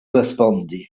respondi